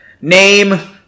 Name